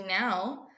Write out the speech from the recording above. now